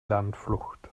landflucht